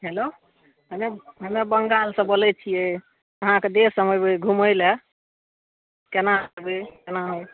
hello हमे बंगालसँ बोलय छियै अहाँके देश हम एबय घुमय लए केना एबय केना होइ